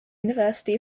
university